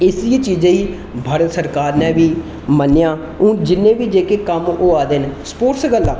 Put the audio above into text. इसी चीजा गी भारत सरकार नै बी मन्नेआ हून जिन्ने बी जेहके कम्म होआ दे न स्पोर्ट्स गल्ला